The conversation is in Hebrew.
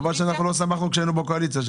חבל שאנחנו לא שמחנו כשהיינו בקואליציה,